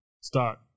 start